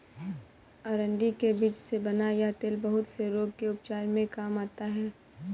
अरंडी के बीज से बना यह तेल बहुत से रोग के उपचार में काम आता है